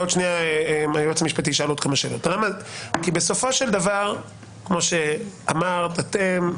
כי בסופו של דבר, כמו שאמרתם,